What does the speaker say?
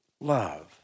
Love